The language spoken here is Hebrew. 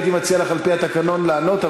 הייתי מציע לך על-פי התקנון לענות,